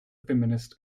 feminist